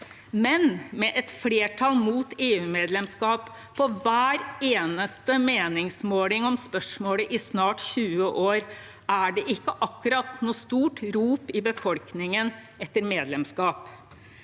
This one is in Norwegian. men med et flertall mot EU-medlemskap på hver eneste meningsmåling om spørsmålet i snart 20 år er det ikke akkurat noe stort rop i befolkningen etter medlemskap.